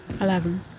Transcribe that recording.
Eleven